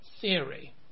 theory